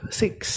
six